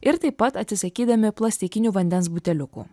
ir taip pat atsisakydami plastikinių vandens buteliukų